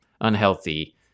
unhealthy